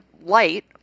light